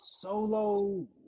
Solo